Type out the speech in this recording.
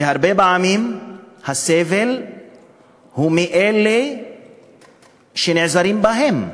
והרבה פעמים הסבל הוא מאלה שנעזרים בהם,